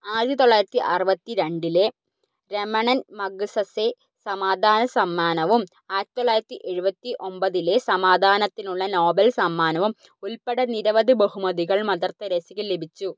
ആയിരത്തി തൊള്ളായിരത്തി അറുപത്തി രണ്ടിലെ രമണൻ മഗ്സസെ സമാധാന സമ്മാനവും ആയിരത്തി തൊള്ളായിരത്തി എഴുപത്തി ഒമ്പതിലെ സമാധാനത്തിനുള്ള നോബൽ സമ്മാനവും ഉൾപ്പെടെ നിരവധി ബഹുമതികൾ മദർ തെരേസയ്ക്ക് ലഭിച്ചു